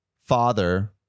father